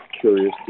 curious